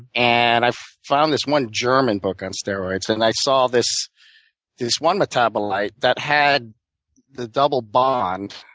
and i found this one german book on steroids, and i saw this this one metabolite that had the double bond.